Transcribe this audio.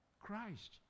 christ